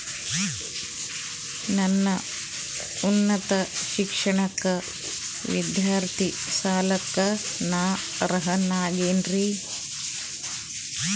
ನನ್ನ ಉನ್ನತ ಶಿಕ್ಷಣಕ್ಕ ವಿದ್ಯಾರ್ಥಿ ಸಾಲಕ್ಕ ನಾ ಅರ್ಹ ಆಗೇನೇನರಿ?